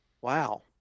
Wow